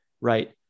right